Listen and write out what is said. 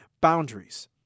boundaries